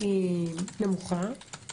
או עבריינים ברשימה המרכזית.